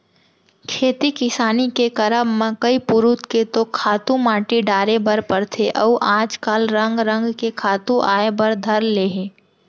खेती किसानी के करब म कई पुरूत के तो खातू माटी डारे बर परथे अउ आज काल रंग रंग के खातू आय बर धर ले हे